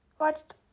watched